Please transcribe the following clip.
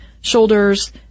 shoulders